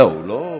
נחמן שי,